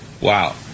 Wow